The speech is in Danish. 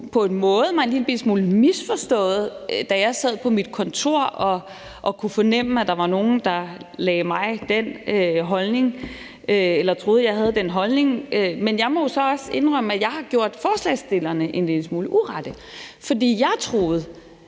på en måde en lillebitte smule misforstået, da jeg sad på mit kontor og kunne fornemme, at der var nogle, der tillagde mig den holdning eller troede, jeg havde den holdning, men jeg må jo så også indrømme, at jeg har gjort forslagsstillerne en lille smule uret, for jeg troede,